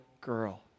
girl